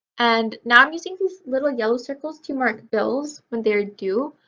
and now i'm using these little yellow circles to mark bills, when they're due.